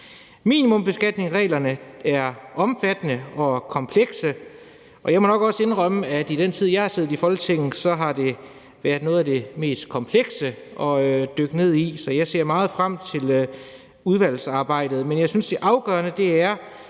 Minimumsbeskatningsreglerne er omfattende og komplekse. Jeg må nok også indrømme, at i den tid jeg har siddet i Folketinget, har det været noget af det mest komplekse at dykke ned i, så jeg ser meget frem til udvalgsarbejdet, men jeg synes, det afgørende er,